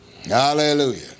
Hallelujah